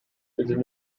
dydyn